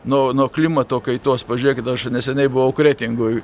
nuo nuo klimato kaitos pažiūrėkit aš neseniai buvau kretingoj